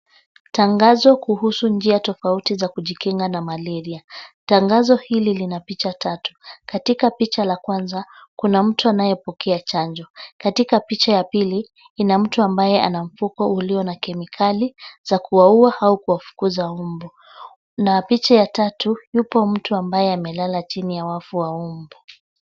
Tangazo kuhusu njia tofauti za kujikinga na malaria. Tangazo hili lina picha tatu ,katika picha la kwanza kuna mtu anayepokea chanjo. Katika picha ya pili ,ina mtu ambaye ako na mfuko ulio na kemikali za kuweza so kuwafukuza mbu, na picha ya tatu yupo mtu ambaye amelala chini ya wavu wa mbu.